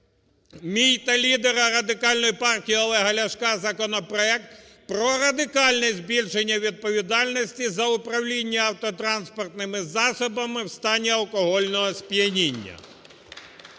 мій та лідера Радикальної партії Олега Ляшка законопроект про радикальне збільшення відповідальності за управління автотранспортними засобами у стані алкогольного сп'яніння.